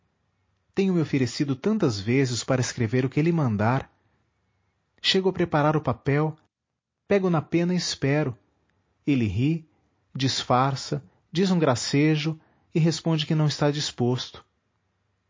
curtos tenho me oferecido tantas vezes para escrever o que ele mandar chego a preparar o papel pego na pena e espero ele ri disfarça diz um gracejo e responde que não está disposto